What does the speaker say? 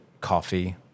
coffee